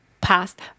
past